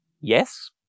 yes